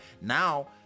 Now